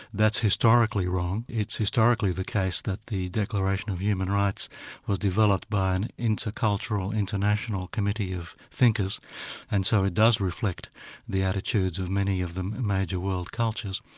that's historically wrong it's historically the case that the declaration of human rights was developed by an intercultural, international committee of thinkers and so it does reflect the attitudes of many of the major world cultures.